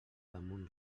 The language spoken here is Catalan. damunt